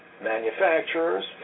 manufacturers